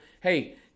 hey